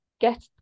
get